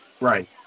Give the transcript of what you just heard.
Right